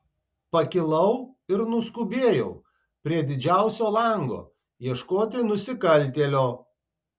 pakilau ir nuskubėjau prie didžiausio lango ieškoti nusikaltėlio